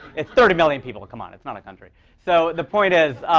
it's thirty million people. come on, it's not a country. so the point is,